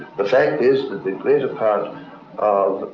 the fact is that the greater part of,